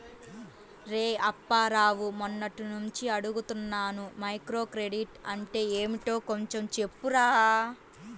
రేయ్ అప్పారావు, మొన్నట్నుంచి అడుగుతున్నాను మైక్రోక్రెడిట్ అంటే ఏంటో కొంచెం చెప్పురా